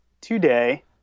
today